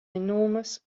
enormous